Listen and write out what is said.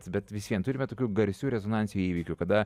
bet visvien turime tokių garsių rezonansinių įvykių kada